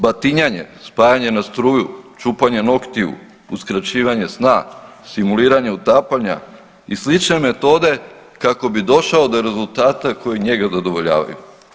Batinanje, spajanje na struju, čupanje noktiju, uskraćivanje sna, simuliranje utapanja i slične metode kako bi došao do rezultata koji njega zadovoljavaju?